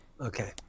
Okay